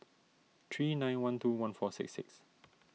three nine one two one four six six